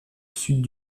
sud